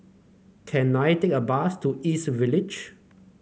can I take a bus to East Village